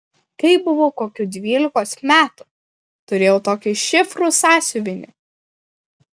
kai buvau kokių dvylikos metų turėjau tokį šifrų sąsiuvinį